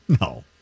No